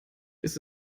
ist